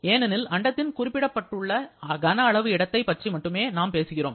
ஏனெனில் அண்டத்தின் குறிப்பிடப்பட்ட கன அளவு இடத்தை பற்றி மட்டுமே நாம் பேசுகிறோம்